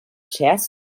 chess